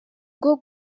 bwo